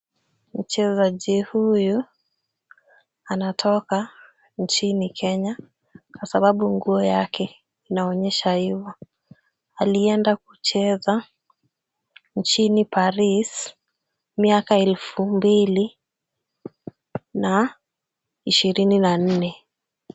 Mchezaji huyu anatoka nchini Kenya kwa sababu nguo yake inaonyesha hivyo. Alienda kucheza nchini Paris mwaka elfu mbili na ishirini na nne.